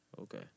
Okay